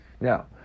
Now